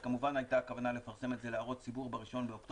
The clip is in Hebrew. אז כמובן הייתה הכוונה לפרסם את זה להערות ציבור ב-1 באוקטובר.